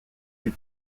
plus